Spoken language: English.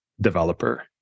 developer